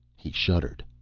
he shuddered.